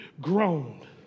groaned